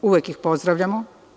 Uvek ih pozdravljamo.